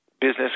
business